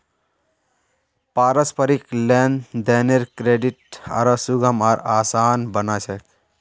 पारस्परिक लेन देनेर क्रेडित आरो सुगम आर आसान बना छेक